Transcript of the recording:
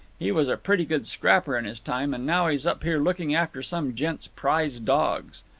he was a pretty good scrapper in his time, and now he's up here looking after some gent's prize dogs.